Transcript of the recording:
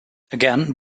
again